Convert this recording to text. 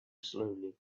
slowly